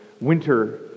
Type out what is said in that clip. winter